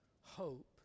hope